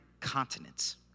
continents